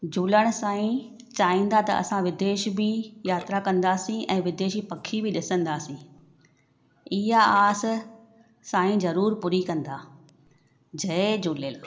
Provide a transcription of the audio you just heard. झुलण साईं चाहींदा त असां विदेश भी यात्रा कंदासीं ऐं विदेशी पखी बि ॾिसंदासीं इहा आसि साईं ज़रूरु पूरी कंदा जय झूलेलाल